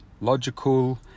logical